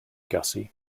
gussie